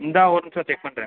இந்தா ஒரு நிமிஷம் செக் பண்ணுறேன்